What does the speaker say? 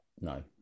No